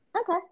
Okay